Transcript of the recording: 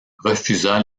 refusa